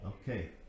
Okay